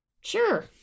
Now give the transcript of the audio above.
Sure